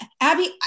Abby